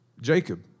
Jacob